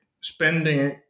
spending